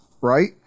right